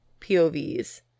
POVs